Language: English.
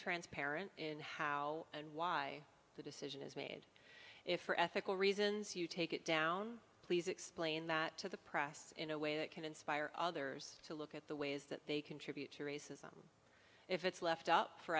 transparent in how and why the decision is made if for ethical reasons you take it down please explain that to the press in a way that can inspire others to look at the ways that they contribute to racism if it's left up for